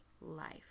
life